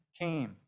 came